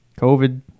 covid